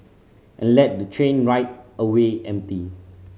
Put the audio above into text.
and let the train ride away empty